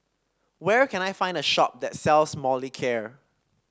where can I find a shop that sells Molicare